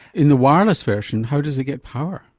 in the wireless version how does it get power?